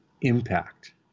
impact